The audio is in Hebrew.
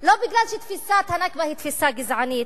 לא בגלל שתפיסת ה"נכבה" היא תפיסה גזענית,